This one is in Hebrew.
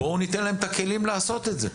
בואו ניתן להם את הכלים לעשות את זה.